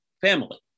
family